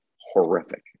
horrific